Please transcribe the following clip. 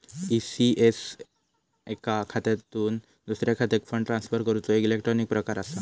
ECS एका खात्यातुन दुसऱ्या खात्यात फंड ट्रांसफर करूचो एक इलेक्ट्रॉनिक प्रकार असा